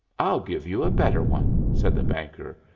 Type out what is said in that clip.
i'll give you a better one, said the banker.